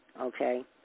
okay